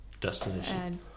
destination